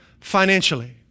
financially